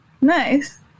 Nice